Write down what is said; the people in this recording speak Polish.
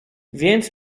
więc